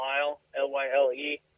L-Y-L-E